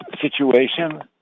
situation